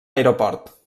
aeroport